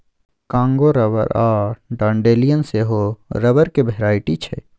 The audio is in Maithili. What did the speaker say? कांगो रबर आ डांडेलियन सेहो रबरक भेराइटी छै